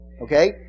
Okay